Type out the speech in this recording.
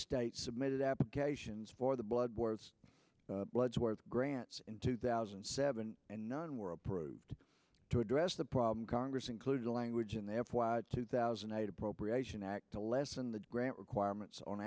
states submitted applications for the blood work bloodsworth grants in two thousand and seven and none were approved to address the problem congress includes language and therefore two thousand and eight appropriation act to lessen the grant requirements on